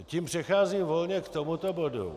Tím přecházím volně k tomuto bodu.